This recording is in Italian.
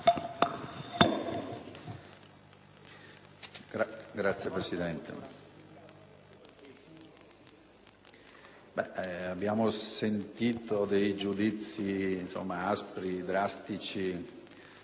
Signora Presidente, abbiamo sentito dei giudizi aspri, drastici.